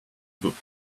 book